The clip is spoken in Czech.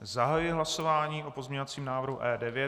Zahajuji hlasování o pozměňovacím návrhu E9.